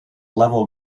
level